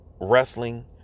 Wrestling